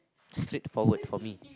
sleep forward for me